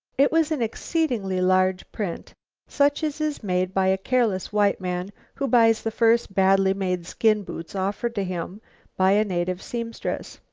it was an exceedingly large print such as is made by a careless white man who buys the first badly-made skin-boots offered to him by a native seamstress.